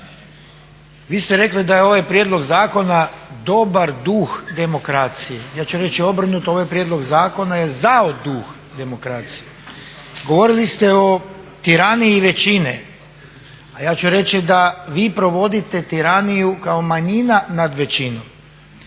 Vi ste rekli da je ovaj prijedlog zakona dobar duh demokracije. Ja ću reći obrnuto. Ovaj prijedlog zakona je zao duh demokracije. Govorili ste o tiraniji većine, a ja ću reći da vi provodite tiraniju kao manjina nad većinom.